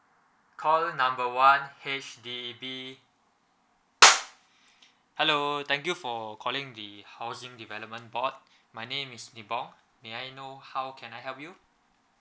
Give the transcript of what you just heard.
call number one H_D_B hello thank you for calling the housing development board my name is neville may I know how can I help you